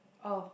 oh